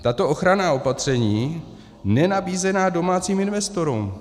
Tato ochranná opatření nenabízená domácím investorům.